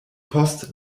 post